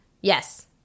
Yes